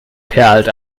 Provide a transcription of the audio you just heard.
perlt